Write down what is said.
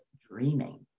dreaming